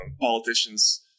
politicians